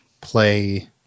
play